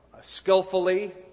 skillfully